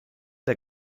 der